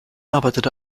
arbeitete